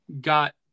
got